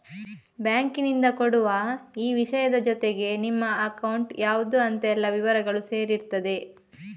ಬ್ಯಾಂಕಿನಿಂದ ಕೊಡುವ ಈ ವಿಷಯದ ಜೊತೆಗೆ ನಿಮ್ಮ ಅಕೌಂಟ್ ಯಾವ್ದು ಅಂತೆಲ್ಲ ವಿವರಗಳೂ ಸೇರಿರ್ತದೆ